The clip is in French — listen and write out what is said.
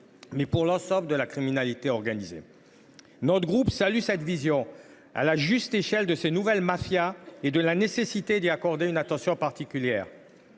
mais étendues à l’ensemble de la criminalité organisée. Notre groupe salue cette vision à la juste échelle de ces nouvelles mafias, auxquelles il est nécessaire d’accorder une attention particulière.